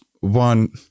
one